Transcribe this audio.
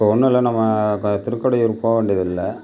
இப்போது ஒன்றுமில்ல நம்ம திருக்கடையூர் போக வேண்டியதில்ல